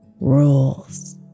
rules